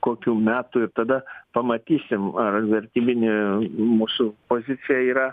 kokių metų ir tada pamatysim ar vertybinė mūsų pozicija yra